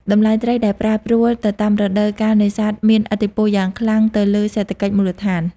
តម្លៃត្រី ដែលប្រែប្រួលទៅតាមរដូវកាលនេសាទមានឥទ្ធិពលយ៉ាងខ្លាំងទៅលើសេដ្ឋកិច្ចមូលដ្ឋាន។